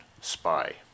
spy